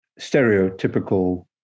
stereotypical